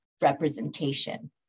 representation